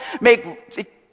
Make